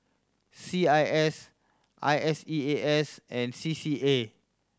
C I S I S E A S and C C A